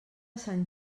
sant